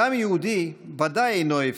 דם יהודי ודאי אינו הפקר,